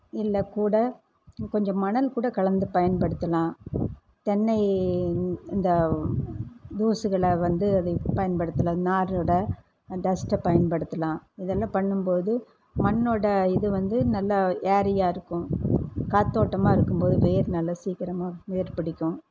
இல்லை கூட கொஞ்சம் மணல் கூட கலந்து பயன்படுத்தலாம் தென்னை இந்த தூசுகளை வந்து பயன்படுத்துகிற நாரோட டஸ்ட்டை பயன்படுத்தலாம் இதெல்லாம் பண்ணும்போது மண்ணோட இது வந்து நல்லா ஏரியாக இருக்கும் காத்தோட்டமாக இருக்கும் போது வேர் நல்லா சீக்கிரமாக வேர் பிடிக்கும்